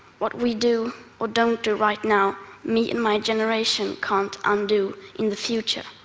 what we do or don't do right now, me and my generation can't undo in the future.